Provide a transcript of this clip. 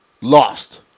lost